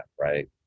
right